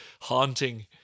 haunting